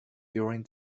during